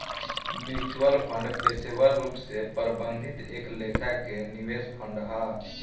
mutual fund पेशेवर रूप से प्रबंधित एक लेखा के निवेश फंड हा